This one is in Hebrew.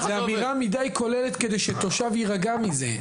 אבל זה אמירה מידי כוללת כדי שתושב יירגע מזה.